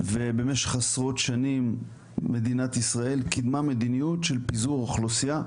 ובמשך עשרות שנים מדינת ישראל קיימה מדיניות של פיזור אוכלוסייה.